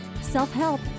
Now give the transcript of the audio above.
self-help